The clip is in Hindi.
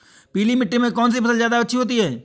पीली मिट्टी में कौन सी फसल ज्यादा अच्छी होती है?